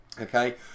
Okay